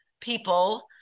people